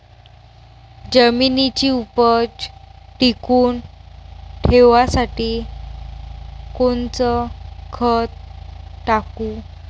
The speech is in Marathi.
जमिनीची उपज टिकून ठेवासाठी कोनचं खत टाकू?